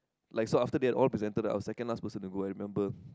like after so after they had all presented I was second last person to go I remember